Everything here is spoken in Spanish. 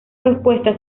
propuestas